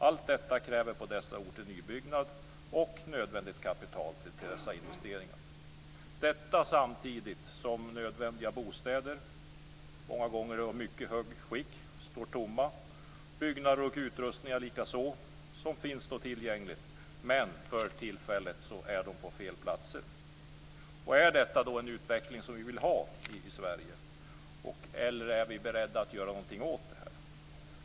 Allt detta kräver på dessa orter nybyggnad och nödvändigt kapital till dessa investeringar - detta samtidigt som nödvändiga bostäder, många gånger i mycket gott skick, står tomma. Byggnader och utrustningar likaså finns tillgängliga, men för tillfället är de på fel platser. Är detta en utveckling som vi vill ha i Sverige, eller är vi beredda att göra någonting åt detta?